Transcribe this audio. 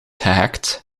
gehackt